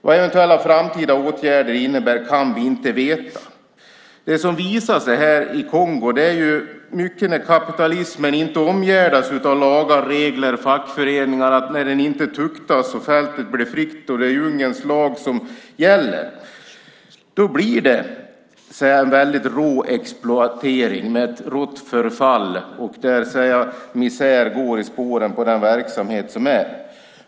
Vad eventuella framtida åtgärder innebär kan vi inte veta. Det som visar sig i Kongo är att när kapitalismen inte omgärdas av lagar, regler och fackföreningar, när den inte tuktas, när fältet blir fritt och det är djungelns lag som gäller, då blir det en väldigt rå exploatering med ett rått förfall. Misär går i spåren på den verksamhet som sker.